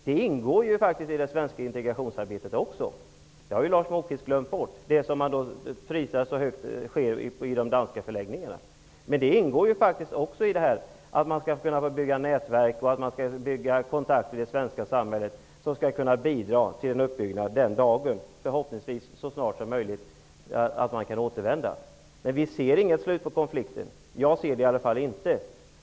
De inslag i de danska förläggningarna som nu prisas så högt ingår också i det svenska integrationsarbetet, men det har Lars Även hos oss skall man bygga upp nätverk och skapa kontakter med vårt samhälle, sådant som skall bidra till att flyktingarna kan återvända, förhoppningsvis så snart som möjligt. Men vi ser inget slut på konflikten. I varje fall gör inte jag det.